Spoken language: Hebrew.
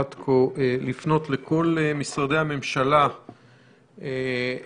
אבקש לפנות לכל משרדי הממשלה הנוגעים